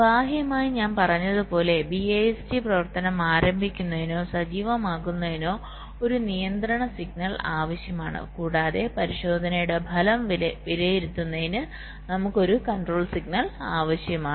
ബാഹ്യമായി ഞാൻ പറഞ്ഞതുപോലെ BIST പ്രവർത്തനം ആരംഭിക്കുന്നതിനോ സജീവമാക്കുന്നതിനോ ഒരു നിയന്ത്രണ സിഗ്നൽ ആവശ്യമാണ് കൂടാതെ പരിശോധനയുടെ ഫലം വിലയിരുത്തുന്നതിന് നമുക് ഒരു നിയന്ത്രണ സിഗ്നൽ ആവശ്യമാണ്